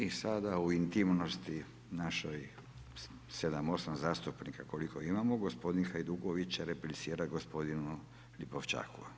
I sada u intimnosti, našoj 7, 8 zastupnika koliko imamo, gospodin Hajduković replicira gospodinu Lipošćaku.